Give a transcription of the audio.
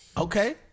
Okay